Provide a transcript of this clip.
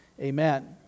amen